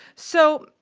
so,